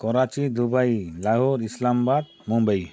Karachi Dubai Lahore Islamabad Mumbai